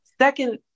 second